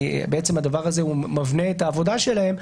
כי הדבר הזה מבנה את העבודה שלהם,